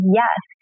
yes